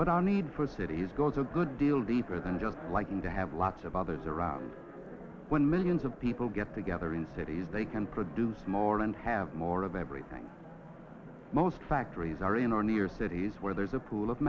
our need for cities goes a good deal deeper than just like into have lots of others around when millions of people get together in cities they can produce more and have more of everything most factories are in or near cities where there's a pool of